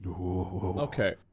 Okay